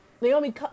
Naomi